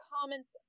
comments